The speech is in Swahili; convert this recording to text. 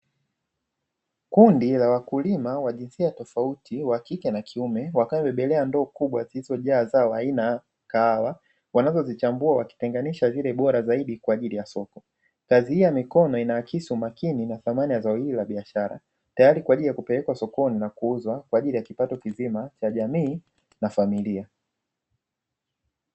Kundi la wakulima wa jinsia tofauti wa kike na kiume, wakiwa wamebembelea ndoo kubwa zilizojaa zao aina ya kahawa, wanazozichambua wakitenganisha zile bora zaidi kwa ajili ya soko. Kazi hii ya mikono inaakisi umakini na thamani ya zao hili la biashara tayari kwa ajili ya kupelekwa sokoni na kuuzwa kwa ajili ya kipato kizima cha jamii na familia.